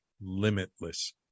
limitless